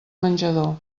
menjador